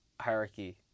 hierarchy